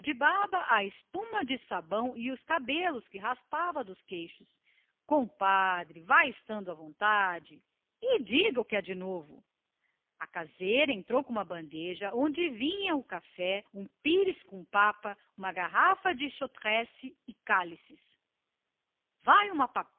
a espuma do sabão que tirava do queixo compadre vá estando à vontade e diga o que há de novo a caseira entrou com uma bandeja onde vinha o café um pires de papa uma garrafa de licor e cálices vai uma